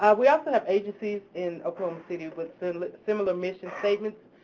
we also have agencies in oklahoma city with similar similar mission statements.